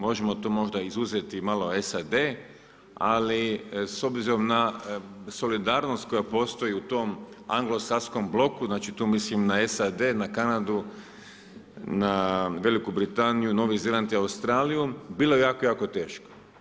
Možemo to možda izuzeti malo SAD, ali s obzirom na solidarnost koja postoji u tom anglosaskom bloku, znači tu mislim na SAD, na Kanadu, na Veliku Britaniju, Novi Zeland i Australiju, bilo je jako jako teško.